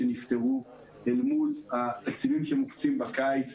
אל מול התקציבים שמוקצים בקיץ.